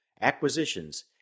Acquisitions